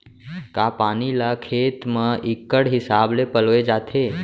का पानी ला खेत म इक्कड़ हिसाब से पलोय जाथे?